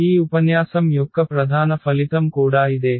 ఈ ఉపన్యాసం యొక్క ప్రధాన ఫలితం కూడా ఇదే